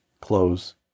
close